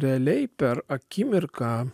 realiai per akimirką